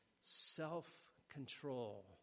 self-control